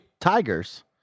Tigers